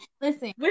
Listen